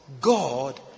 God